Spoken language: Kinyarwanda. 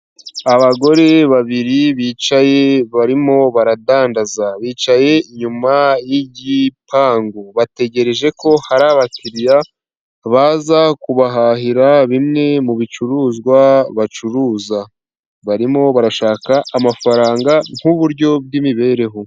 Aagore babiri bicaye, barimo baradandaza. Bicaye inyuma y'igipangu, bategereje ko hari abakiriya baza kubahahira bimwe mu bicuruzwa bacuruza, barimo barashaka amafaranga nk'uburyo bw'imibereho.